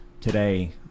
today